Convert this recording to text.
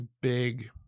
big